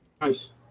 Nice